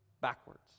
backwards